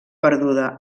perduda